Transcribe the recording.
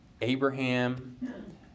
Abraham